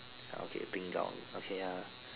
okay pink door okay ah